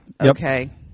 okay